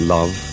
Love